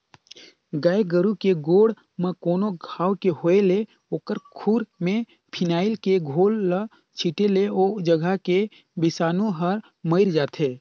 गाय गोरु के गोड़ म कोनो घांव के होय ले ओखर खूर में फिनाइल के घोल ल छींटे ले ओ जघा के बिसानु हर मइर जाथे